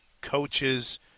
coaches